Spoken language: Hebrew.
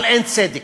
אבל אין צדק.